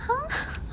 !huh!